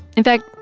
in fact,